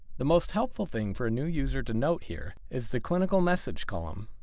the most helpful thing for a new user to note here, is the clinical message column,